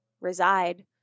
reside